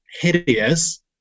hideous